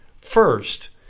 First